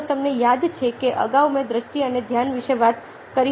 જો તમને યાદ છે કે અગાઉ મેં દ્રષ્ટિ અને ધ્યાન વિશે વાત કરી હતી